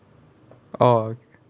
orh